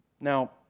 Now